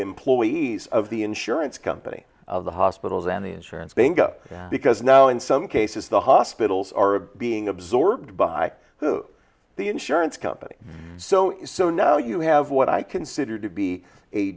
employees of the insurance company of the hospitals and the insurance banga because now in some cases the hospitals are being absorbed by the insurance company so it's so now you have what i consider to be a